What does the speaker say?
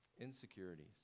insecurities